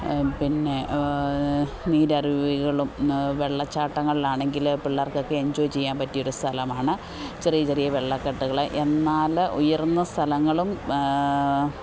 പിന്നെ നീരറുവികളും വെള്ളച്ചാട്ടങ്ങളിലാണെങ്കിൽ പിള്ളേര്ക്കൊക്കെ എഞ്ചോയ് ചെയ്യാന് പറ്റിയൊരു സ്ഥലമാണ് ചെറിയ ചെറിയ വെള്ളക്കെട്ടുകൾ എന്നാൽ ഉയര്ന്ന സ്ഥലങ്ങളും